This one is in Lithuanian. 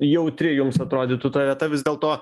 jautri jums atrodytų ta vieta vis dėlto